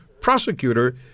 prosecutor